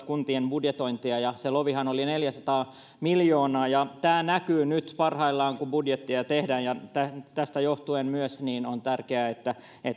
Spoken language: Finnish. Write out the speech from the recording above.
kuntien budjetointia ja se lovihan oli neljäsataa miljoonaa tämä näkyy nyt parhaillaan kun budjetteja tehdään ja tästä johtuen myös on tärkeää että